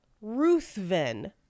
Ruthven